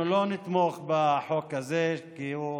אנחנו לא נתמוך בחוק הזה, כי הוא